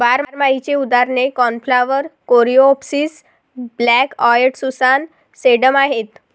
बारमाहीची उदाहरणे cornflower, coreopsis, black eyed Susan, sedum आहेत